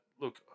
look